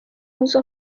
muso